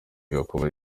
gakuba